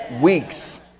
Weeks